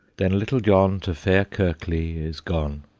then little john to fair kirkley is gone,